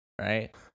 right